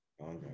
Okay